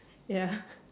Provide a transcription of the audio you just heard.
ya